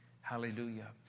Hallelujah